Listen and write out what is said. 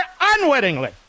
unwittingly